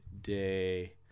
day